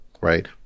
right